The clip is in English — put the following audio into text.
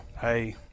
hey